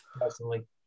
Personally